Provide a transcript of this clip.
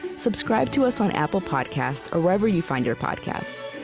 subscribe to us on apple podcasts or wherever you find your podcasts,